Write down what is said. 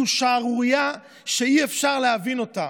זו שערורייה שאי-אפשר להבין אותה.